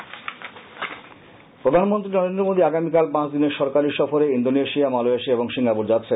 প্রধানমন্ত্রী সফর প্রধানমন্ত্রী নরেন্দ্র মোদি আগামীকাল পাঁচদিনের সরকারী সফরে ইন্দোনেশিয়া মালয়েশিয়া এবং সিঙ্গাপুর যাচ্ছেন